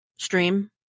stream